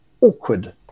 awkward